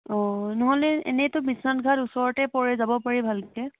অ' নহ'লে এনেইতো বিশ্বনাথ ঘাট ওচৰতে পৰে যাব পাৰি ভালকৈ